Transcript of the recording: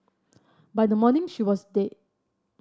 by the morning she was dead